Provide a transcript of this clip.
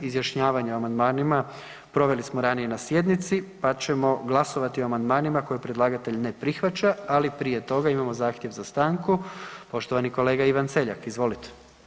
Izjašnjavanje o amandmanima proveli smo ranije na sjednici, pa ćemo glasovati o amandmanima koje predlagatelj ne prihvaća, ali prije toga imamo zahtjev za stanku, poštovani kolega Ivan Celjak, izvolite.